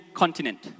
continent